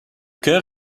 chœur